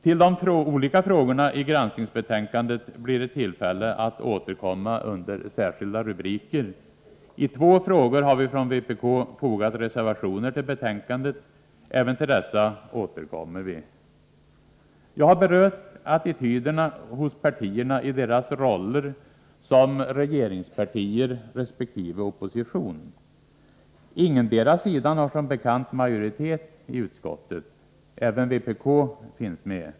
Till de olika frågorna i granskningsbetänkandet blir det tillfälle att återkomma under särskilda rubriker. I två frågor har vi från vpk fogat reservationer till betänkandet. Även till dessa återkommer vi. Jag har berört attityderna hos partierna i deras roller som regeringspartier resp. opposition. Ingendera sidan har som bekant majoritet i utskottet. Även vpk finns med.